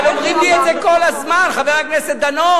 אבל אומרים לי את זה כל הזמן, חבר הכנסת דנון.